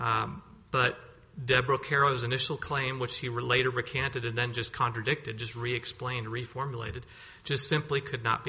keros initial claim which he related recanted and then just contradicted just re explained reformulated just simply could not